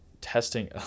testing